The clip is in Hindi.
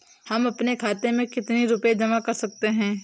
हम अपने खाते में कितनी रूपए जमा कर सकते हैं?